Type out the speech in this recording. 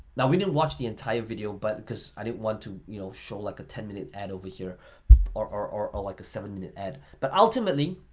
we didn't watch the entire video but because i didn't want to you know show like a ten minute ad over here or or like a seven-minute ad but ultimately,